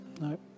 No